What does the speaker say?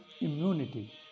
immunity